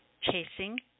chasing